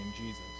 Jesus